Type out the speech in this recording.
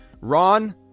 Ron